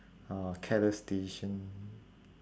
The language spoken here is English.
uh careless decision